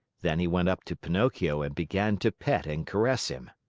then he went up to pinocchio and began to pet and caress him.